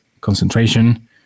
concentration